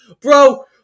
Bro